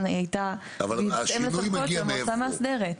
הייתה בהתאם לסמכויות של המועצה המאסדרת.